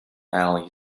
alley